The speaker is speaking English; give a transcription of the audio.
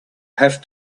have